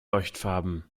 leuchtfarben